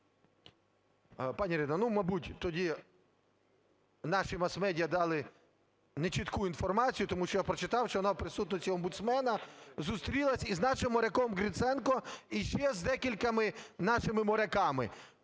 Пані Ірино, мабуть тоді наші мас-медіа дали не чітку інформацію, тому що я прочитав, що вона в присутності омбудсмена зустрілася із нашим моряком Гриценко і ще з декількома нашими моряками.